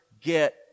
get